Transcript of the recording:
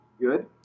good